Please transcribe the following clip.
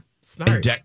smart